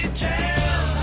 tell